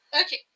Okay